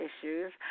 issues